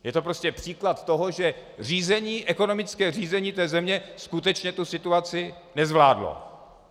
Je to prostě příklad toho, že ekonomické řízení země skutečně tu situaci nezvládlo.